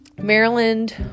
maryland